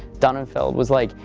donenfeld was like,